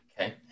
Okay